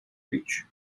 reach